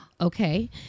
okay